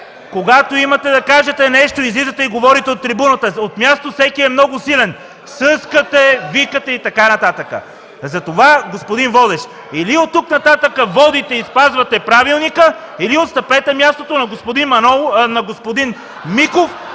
Когато имате да кажете нещо, излизате и говорите от трибуната. От място всеки е много силен – съскате, викате и така нататък. (Силен шум.) Затова, господин водещ, или от тук нататък водите и спазвате правилника, или отстъпете мястото на господин Миков,